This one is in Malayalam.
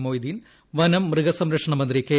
മൊയ്തീൻ വനം മൃഗസംരക്ഷണ മന്ത്രി കെ